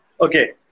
Okay